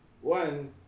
One